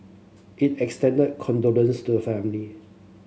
it extended condolence to the family